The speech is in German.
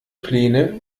pläne